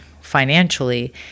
financially